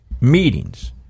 meetings